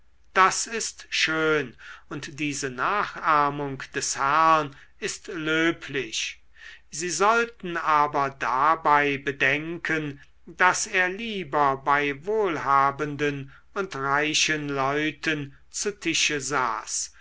das ist schön und diese nachahmung des herrn ist löblich sie sollten aber dabei bedenken daß er lieber bei wohlhabenden und reichen leuten zu tische saß